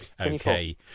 Okay